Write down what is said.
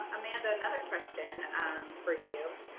amanda, another question for you.